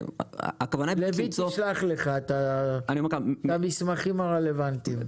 לויט ישלח לך את המסמכים הרלוונטיים.